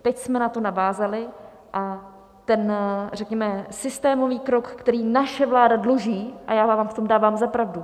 Teď jsme na to navázali a ten, řekněme, systémový krok, který naše vláda dluží a já v tom dávám za pravdu.